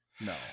No